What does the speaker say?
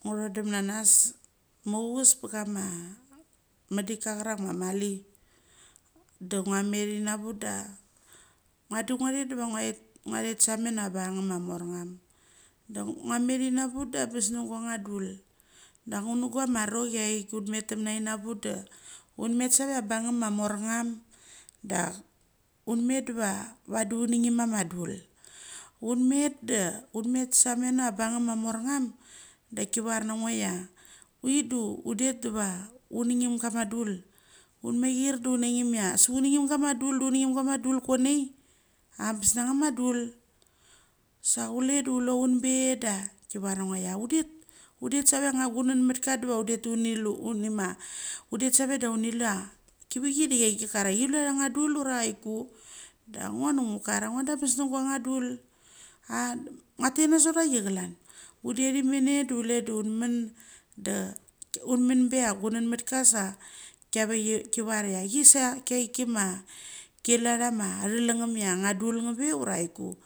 Ngu thodum nanas muchus pa kama ma dik ka charak ma mali dangua met inamuk da vadi nguathet diva ngua it, ngua thet sa meno bungngum ma mor ngum. Da ngu, ngua methinavuk da bes nguangng a dul. Da ngu nu gu ama rochi aik un met tam na inavuk da, un met save ia ambungngum ma morngum dak un met diva vadi uni ngim ama dul. Un met da un met sa meno bung ngum ma morngum. Dakki varna ngoia uithik du undet dava uni ngimgama dul. Un mair da unangim ia su uni ngim ia sik uni ngim gama dul da uni ngim gama dul. Uni ngim gama dul kuanai. Ambes nangama dul. Sa chule da chule un be a ki var na ngo ia undet, un det save ia ang nga gunan matka dava un fet uni lu. Unima un det save da uni luia kauchi da chai ki kar a chi la thang nga dul ura aiku. Dango dungu kara ngo da bes naguang nga dul. A ngua tet na sotachi chalan. Undet imane da chule da un mun da unmuma. Bela gunan matkasa kiave ki var ia ki sa kiai kima kila thama athalungngumia angnga dul nga ve ura chai ku.